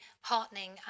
heartening